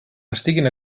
estiguin